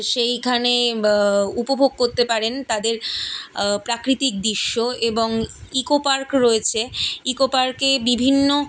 সেইখানে উপভোগ করতে পারেন তাদের প্রাকৃতিক দৃশ্য এবং ইকোপার্ক রয়েছে ইকোপার্কে বিভিন্ন